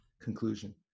conclusion